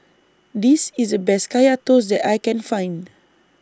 This IS The Best Kaya Toast that I Can Find